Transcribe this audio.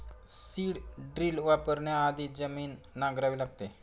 seed drill वापरण्याआधी जमीन नांगरावी लागते